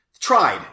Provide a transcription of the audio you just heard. Tried